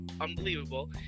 Unbelievable